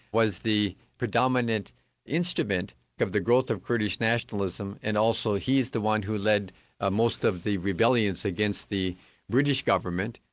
was the predominant instrument of the growth of kurdish nationalism, and also he's the one who led ah most of the rebellions against the british government,